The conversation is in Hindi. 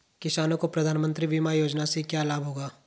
किसानों को प्रधानमंत्री बीमा योजना से क्या लाभ होगा?